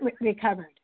recovered